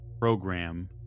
program